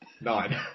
Nine